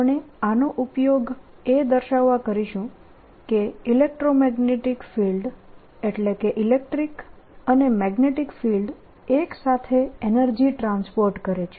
આપણે આનો ઉપયોગ એ દર્શાવવા કરીશું કે ઇલેક્ટ્રોમેગ્નેટીક ફિલ્ડ એટલે કે ઇલેક્ટ્રીક અને મેગ્નેટીક ફિલ્ડ એક સાથે એનર્જી ટ્રાન્સપોર્ટ કરે છે